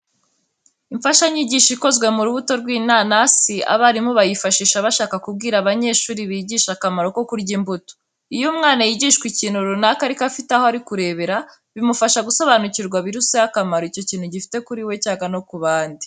Imfashanyigisho ikozwe mu rubuto rw'inanasi, abarimu bayifashisha bashaka kubwira abanyeshuri bigisha akamaro ko kurya imbuto. Iyo umwana yigishwa ikintu runaka ariko afite aho ari kurebera, bimufasha gusobanukirwa biruseho akamaro icyo kintu gifite kuri we cyangwa no ku bandi bantu.